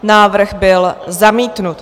Návrh byl zamítnut.